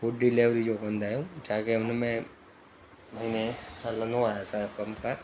food delivery जो कंदा आहियूं छा आहे के हुन में महीनो जो हलंदो आहे असांजो कमकार